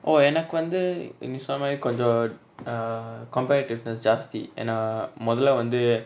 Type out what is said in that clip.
oh எனக்கு வந்து நீங்க சொன்ன மாரி கொஞ்சோ:enaku vanthu neenga sonna mari konjo err competitiveness jaasthi ஏனா மொதல்ல வந்து:yena mothalla vanthu